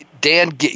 Dan